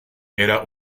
era